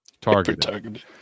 targeted